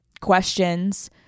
questions